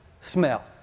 Smell